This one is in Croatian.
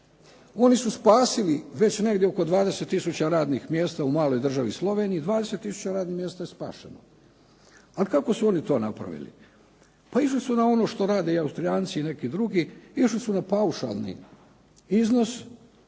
Oni su spasili već negdje oko 20 tisuća radnih mjesta u maloj državi Sloveniji, 20 tisuća radnih mjesta je spašeno. A kako su oni to napravili? Pa išli su na ono što rade Austrijanci i neki drugi, išli su na paušalni iznos